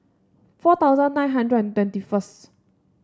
four thousand nine hundred and twenty first